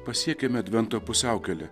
pasiekėme advento pusiaukelę